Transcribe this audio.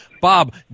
Bob